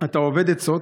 אתה אובד עצות